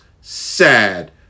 sad